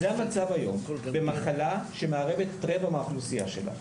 זה המצב היום במחלה שמערבת רבע מהאוכלוסייה שלה.